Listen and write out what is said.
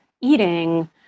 eating